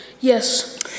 Yes